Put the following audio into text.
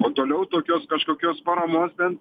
o toliau tokios kažkokios paramos bent